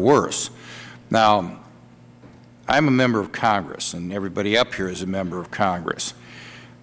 worse now i am a member of congress and everybody up here is a member of congress